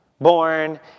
born